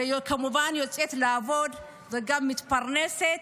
והיא כמובן יוצאת לעבוד וגם מתפרנסת,